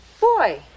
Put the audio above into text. boy